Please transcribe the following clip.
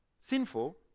sinful